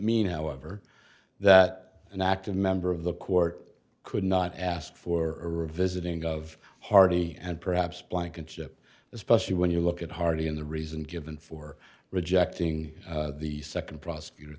mean however that an active member of the court could not ask for a revisiting of hardy and perhaps blankenship especially when you look at hardy in the reason given for rejecting the second prosecutor